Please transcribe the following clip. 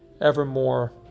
evermore